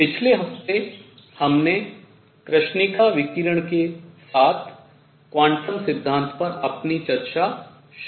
पिछले हफ्ते हमने कृष्णिका विकिरण के साथ क्वांटम सिद्धांत पर अपनी चर्चा शुरू की